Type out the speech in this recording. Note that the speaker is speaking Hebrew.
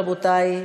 רבותי,